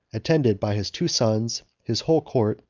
attended by his two sons, his whole court,